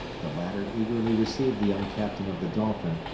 the latter eagerly received the young captain of the dolphin,